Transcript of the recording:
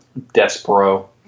Despero